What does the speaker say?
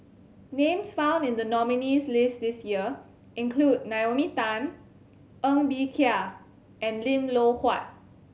names found in the nominees' list this year include Naomi Tan Ng Bee Kia and Lim Loh Huat